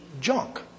junk